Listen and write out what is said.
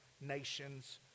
nations